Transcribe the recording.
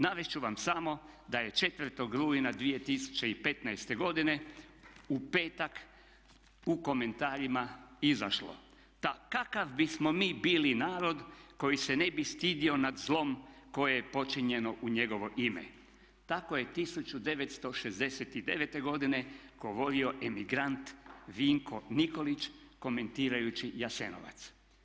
Navest ću vam samo da je 4. rujna 2015. godine u petak u komentarima izašlo: "Da kakav bismo mi bili narod koji se ne bi stidio nad zlom koje je počinjeno u njegovo ime." Tako je 1969. godine govorio emigrant Vinko Nikolić komentirajući Jasenovac.